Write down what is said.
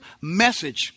message